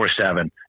24-7